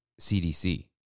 CDC